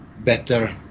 better